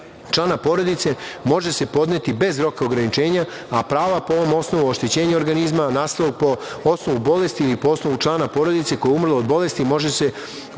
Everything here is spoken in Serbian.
člana porodice, može se podneti bez roka ograničenja, a prava po ovom osnovu oštećenja organizma nastalog po osnovu bolesti ili po osnovu člana porodice koji je umro od bolesti može se